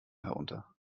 herunter